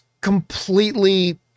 completely